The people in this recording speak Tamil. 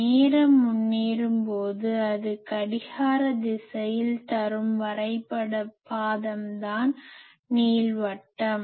நேர முன்னேறும்போது அது கடிகார திசையில் தரும் வரைபாதம்தான் நீள்வட்டம்